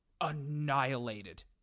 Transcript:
annihilated